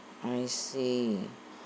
I see